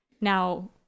now